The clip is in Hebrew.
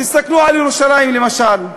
תסתכלו על ירושלים, למשל.